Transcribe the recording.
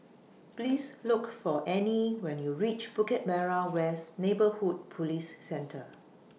Please Look For Anne when YOU REACH Bukit Merah West Neighbourhood Police Centre